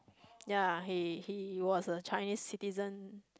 ya he he was a Chinese citizen